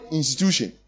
institution